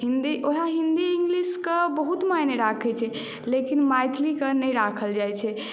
वएह हिन्दी इंग्लिश के बहुत मायने राखै छै लेकिन मैथिलीकेँ नहि राखल जाइत छै